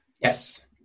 Yes